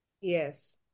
Yes